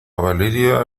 valeria